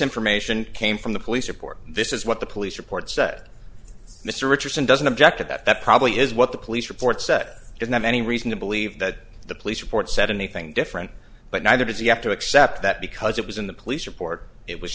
information came from the police report this is what the police report said mr richardson doesn't object to that that probably is what the police report said didn't have any reason to believe that the police report said anything different but neither does you have to accept that because it was in the police report it was